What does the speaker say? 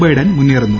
Biden മുന്നേറുന്നു